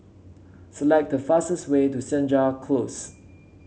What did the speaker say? select the fastest way to Senja Close